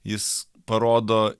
jis parodo